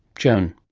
joan